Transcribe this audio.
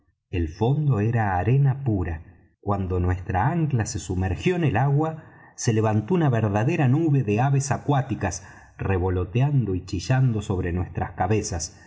el fondo era arena pura cuando nuestra ancla se sumergió en el agua se levantó una verdadera nube de aves acuáticas revoloteando y chillando sobre nuestras cabezas